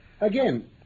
Again